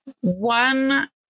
One